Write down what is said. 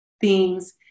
themes